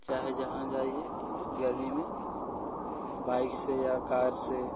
चाहे जहाँ जाइए गर्मी में बाइक से या कार से